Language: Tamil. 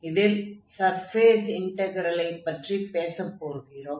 இதில் சர்ஃபேஸ் இன்டக்ரெலை பற்றிப் பேச போகிறோம்